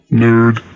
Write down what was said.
nerd